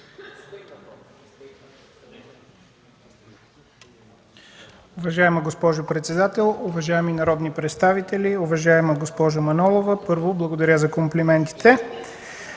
Уважаема госпожо председател, уважаеми народни представители! Уважаема госпожо Манолова, първо, благодаря за комплиментите.